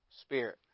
spirit